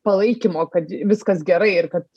palaikymo kad viskas gerai ir kad